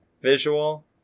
visual